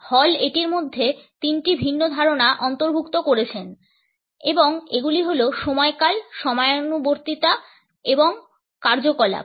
হল এটির মধ্যে তিনটি ভিন্ন ধারণা অন্তর্ভুক্ত করেছে এবং এগুলি হল সময়কাল সময়ানুবর্তিতা এবং কার্যকলাপ